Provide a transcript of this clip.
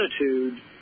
attitude